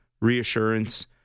reassurance